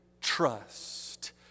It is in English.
trust